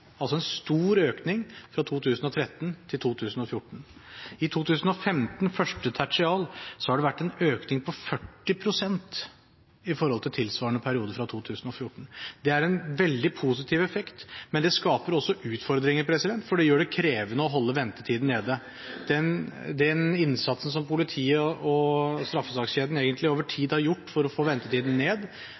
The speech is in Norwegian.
altså en stor økning fra 2013 til 2014. I 2015 første tertial har det vært en økning på 40 pst. i forhold til tilsvarende periode fra 2014. Det er en veldig positiv effekt, men det skaper også utfordringer, for det gjør det krevende å holde ventetiden nede. Den innsatsen som politiet og straffesakskjeden egentlig over tid har gjort for å få ventetiden ned,